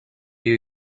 you